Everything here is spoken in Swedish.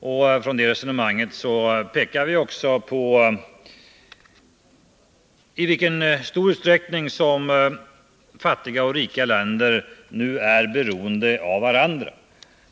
Med utgångspunkt i det resonemanget pekar vi också på i vilken utsträckning fattiga och rika länder är beroende av varandra.